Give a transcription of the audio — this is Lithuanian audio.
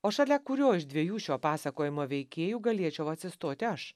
o šalia kurio iš dviejų šio pasakojimo veikėjų galėčiau atsistoti aš